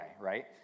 right